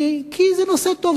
כי זה נושא טוב,